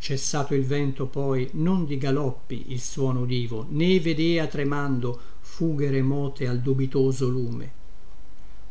sullonda cessato il vento poi non di galoppi il suono udivo né vedea tremando fughe remote al dubitoso lume